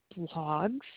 blogs